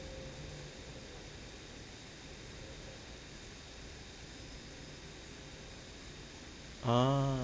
ah